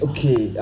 Okay